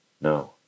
No